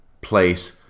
place